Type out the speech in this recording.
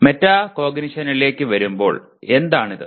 മെറ്റാകോഗ്നിഷനിലേക്ക് വരുമ്പോൾ എന്താണ് അത്